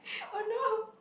oh no